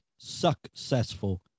successful